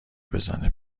بزنه